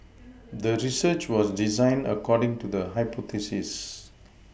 the research was designed according to the hypothesis